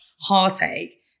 heartache